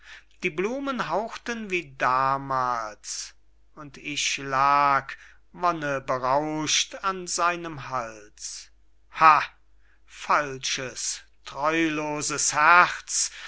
die blumen hauchten wie damals und ich lag wonne berauscht an seinem hals ha falsches treuloses herz